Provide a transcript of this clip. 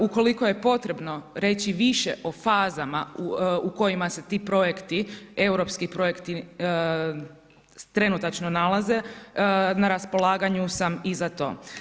Ukoliko je potrebno reći više o fazama u kojima se ti projekti, europski projekti trenutačno nalaze na raspolaganju sam i za to.